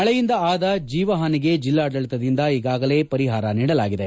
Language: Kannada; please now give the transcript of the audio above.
ಮಳೆಯಿಂದ ಆದ ಜೀವ ಹಾನಿಗೆ ಜಿಲ್ಲಾಡಳಿತದಿಂದ ಈಗಾಗಲೇ ಪರಿಹಾರ ನೀಡಲಾಗಿದೆ